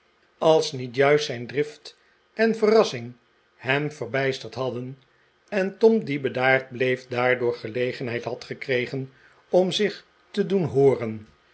als niet j'uist zijn drift en verrassing hem verbijsterd hadden en tom die bedaard bleef daardoor gelegenheid had gekregen om zich te doen hooren